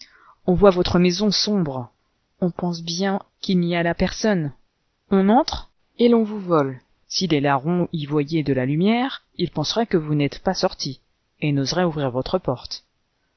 on voit votre maison sombre on pense bien qu'il n'y a là personne on entre et l'on vous vole si les larrons y voyaient de la lumière ils penseraient que vous n'êtes pas sorti et n'oseraient ouvrir votre porte